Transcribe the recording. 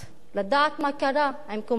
לדעת מה קרה עם קום המדינה.